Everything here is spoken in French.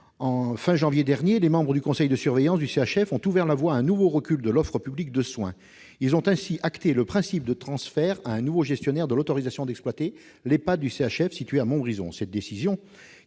de janvier dernier, les membres du conseil de surveillance du CHF ont ouvert la voie à un nouveau recul de l'offre publique de soins : ils ont ainsi acté le principe du transfert à un nouveau gestionnaire de l'autorisation d'exploiter l'Ehpad du Centre hospitalier